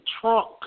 trunk